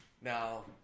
Now